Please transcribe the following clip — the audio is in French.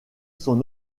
son